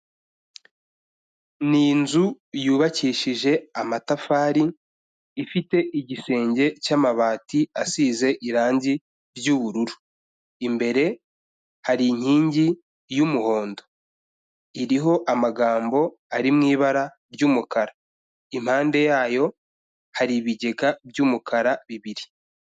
Ni inzu yubakishije amatafari, ifite igisenge cy'amabati asize irangi ry'ubururu. Imbere hari inkingi y'umuhondo, iriho amagambo ari mu ibara ry'umukara, impande yayo hari ibigega by'umukara bibiri.